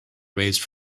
raised